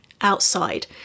outside